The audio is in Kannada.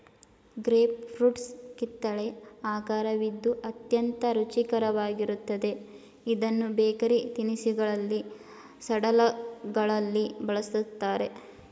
ಗ್ರೇಪ್ ಫ್ರೂಟ್ಸ್ ಕಿತ್ತಲೆ ಆಕರವಿದ್ದು ಅತ್ಯಂತ ರುಚಿಕರವಾಗಿರುತ್ತದೆ ಇದನ್ನು ಬೇಕರಿ ತಿನಿಸುಗಳಲ್ಲಿ, ಸಲಡ್ಗಳಲ್ಲಿ ಬಳ್ಸತ್ತರೆ